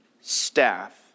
staff